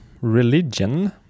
religion